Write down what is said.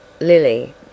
Lily